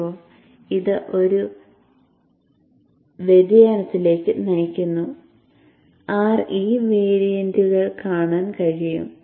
ഇപ്പോൾ ഇത് ഒരു വ്യതിയാനത്തിലേക്ക് നയിക്കുന്നു Re വേരിയന്റുകൾ കാണാൻ കഴിയും